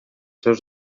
seus